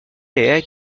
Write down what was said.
est